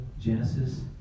Genesis